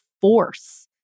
force